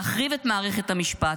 להחריב את מערכת המשפט,